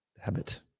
Habit